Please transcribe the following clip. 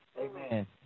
Amen